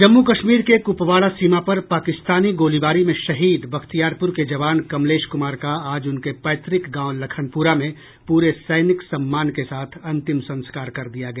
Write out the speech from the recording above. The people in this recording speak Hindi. जम्मू कश्मीर के क्पवाड़ा सीमा पर पाकिस्तानी गोलीबारी में शहीद बख्तियारप्र के जवान कमलेश कुमार का आज उनके पैतृक गांव लखनपुरा में पूरे सैनिक सम्मान के साथ अंतिम संस्कार कर दिया गया